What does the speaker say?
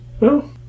No